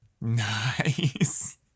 Nice